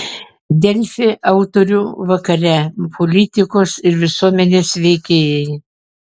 delfi autorių vakare politikos ir visuomenės veikėjai